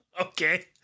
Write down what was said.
Okay